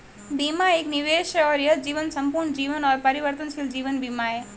बीमा एक निवेश है और यह जीवन, संपूर्ण जीवन और परिवर्तनशील जीवन बीमा है